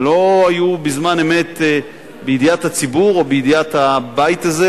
ולא היו בזמן אמת בידיעת הציבור או בידיעת הבית הזה,